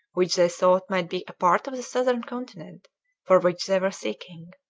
which they thought might be a part of the southern continent for which they were seeking.